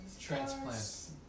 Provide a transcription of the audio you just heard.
Transplants